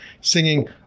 singing